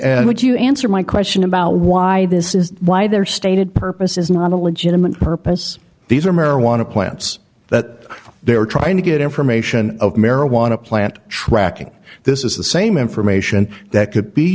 and would you answer my question about why this is why their stated purpose is not a legitimate purpose these are marijuana plants that they're trying to get information of marijuana plant tracking this is the same information that could be